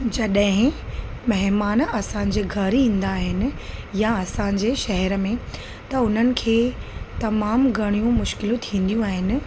जॾहिं महिमान असांजे घरु ईंदा आहिनि या असांजे शहर में त उन्हनि खे तमामु घणियूं मुश्किलूं थींदियूं आहिनि